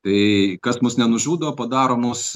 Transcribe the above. tai kas mus nenužudo padaro mus